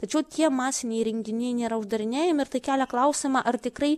tačiau tie masiniai renginiai nėra uždarinėjami ir tai kelia klausimą ar tikrai